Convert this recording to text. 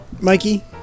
Mikey